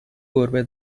گربه